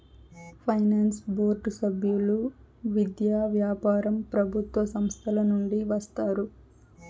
finance board సభ్యులు విద్య, వ్యాపారం ప్రభుత్వ సంస్థల నుండి వస్తారు